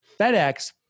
FedEx